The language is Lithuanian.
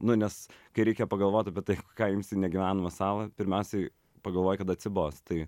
nu nes kai reikia pagalvot apie tai ką imsi į negyvenamą salą pirmiausiai pagalvoji kad atsibos tai